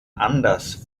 anders